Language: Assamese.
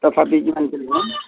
তথাপি কিমানকে দিব